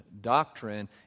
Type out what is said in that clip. doctrine